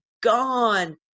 gone